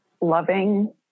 loving